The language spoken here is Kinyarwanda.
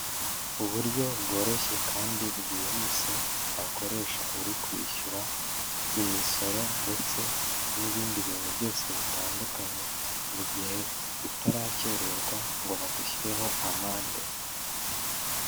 Uburyo bworoshye kandi bwihuse wakoresha uri kwishyura imisoro ndetse n'ibindi bintu byose bitandukanye; mu gihe utarakererwa ngo bagushyireho amande.